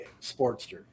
Sportster